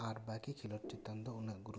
ᱟᱨ ᱵᱟᱹᱠᱤ ᱠᱷᱮᱞᱳᱰ ᱪᱮᱛᱟᱱ ᱫᱚ ᱩᱱᱟᱹᱜ ᱜᱩᱨᱩᱛᱛᱚ